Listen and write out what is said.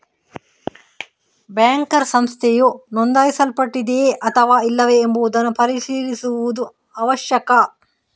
banker ಸಂಸ್ಥೆಯು ನೋಂದಾಯಿಸಲ್ಪಟ್ಟಿದೆಯೇ ಅಥವಾ ಇಲ್ಲವೇ ಎಂಬುದನ್ನು ಪರಿಶೀಲಿಸುವುದು ಅವಶ್ಯಕ